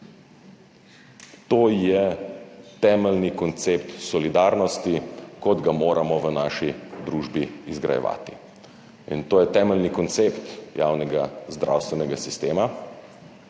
To je temeljni koncept solidarnosti, kot ga moramo v naši družbi izgrajevati. To je temeljni koncept javnega zdravstvenega sistema,